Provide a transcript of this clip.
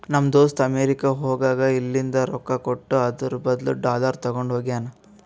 ನಮ್ ದೋಸ್ತ ಅಮೆರಿಕಾ ಹೋಗಾಗ್ ಇಲ್ಲಿಂದ್ ರೊಕ್ಕಾ ಕೊಟ್ಟು ಅದುರ್ ಬದ್ಲು ಡಾಲರ್ ತಗೊಂಡ್ ಹೋಗ್ಯಾನ್